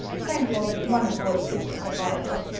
thankful that one of roy's sisters was likable.